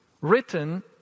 written